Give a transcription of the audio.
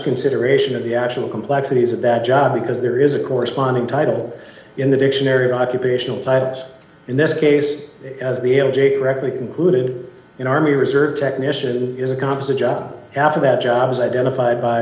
consideration of the actual complexities of that job because there is a corresponding title in the dictionary occupational titles in this case as the able to correctly concluded an army reserve technician is a competent job after that job is identified by